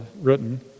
written